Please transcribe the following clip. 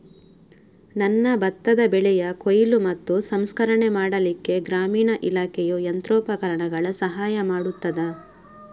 ನನ್ನ ಭತ್ತದ ಬೆಳೆಯ ಕೊಯ್ಲು ಮತ್ತು ಸಂಸ್ಕರಣೆ ಮಾಡಲಿಕ್ಕೆ ಗ್ರಾಮೀಣ ಇಲಾಖೆಯು ಯಂತ್ರೋಪಕರಣಗಳ ಸಹಾಯ ಮಾಡುತ್ತದಾ?